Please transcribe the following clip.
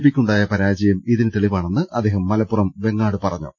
പിക്കുണ്ടായ പരാജയം ഇതിന് തെളി വാണെന്ന് അദ്ദേഹം മലപ്പുറം വെങ്ങാട് പറഞ്ഞു